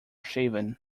shaven